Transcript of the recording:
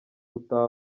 gutaha